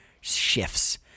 Shifts